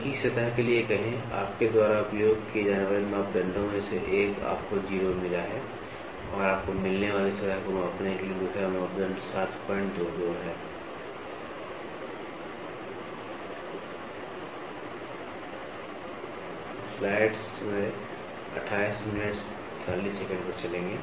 एक ही सतह के लिए कहें आपके द्वारा उपयोग किए जाने वाले मापदंडों में से एक आपको 0 मिला है और आपको मिलने वाली सतह को मापने के लिए दूसरा मापदंड 722 है